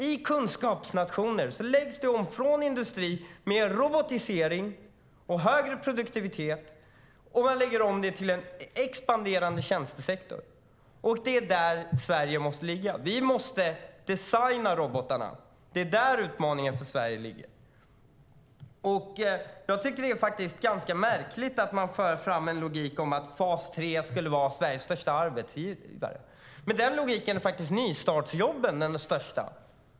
I kunskapsnationer läggs det om från industri till robotisering och högre produktivitet och till en expanderande tjänstesektor. Det är där Sverige måste ligga. Vi måste designa robotarna. Det är där utmaningen för Sverige ligger. Jag tycker faktiskt att det är ganska märkligt att man för fram att fas 3 skulle vara Sveriges största arbetsgivare. Med den logiken är faktiskt nystartsjobben bland de största.